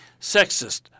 sexist